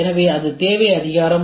எனவே இது அங்கீகாரத்தேவை ஆகும்